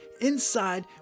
inside